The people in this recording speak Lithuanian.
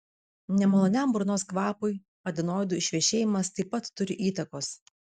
nemaloniam burnos kvapui adenoidų išvešėjimas taip pat turi įtakos